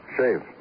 Shave